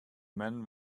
men